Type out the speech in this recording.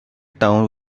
town